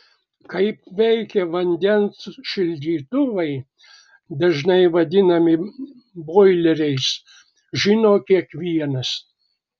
kaip veikia vandens šildytuvai dažnai vadinami boileriais žino kiekvienas